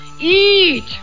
Eat